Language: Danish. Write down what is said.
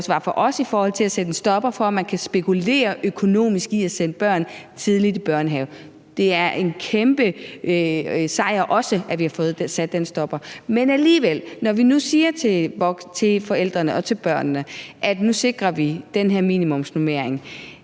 også var for os, om at sætte en stopper for, at man kan spekulere økonomisk i at sende børn tidligt i børnehave. Det er også en kæmpesejr, at vi har fået sat en stopper for det. Men alligevel, når vi nu siger til forældrene og til børnene, at nu sikrer vi den her minimumsnormering,